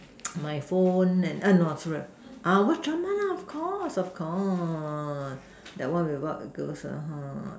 my phone and err no watch drama lah of course of course that one without a guess lah ha